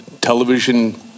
television